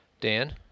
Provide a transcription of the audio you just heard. Dan